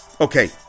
Okay